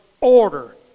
order